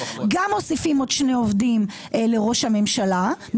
גם מוסיפים עוד שני עובדים לראש הממשלה,